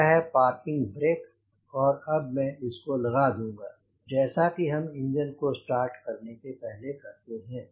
यह है parking brake और अब मैं इसको लगा दूंगा जैसे कि हम इंजन को स्टार्ट करने के पहले करते हैं